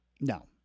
No